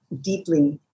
deeply